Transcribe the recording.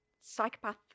psychopath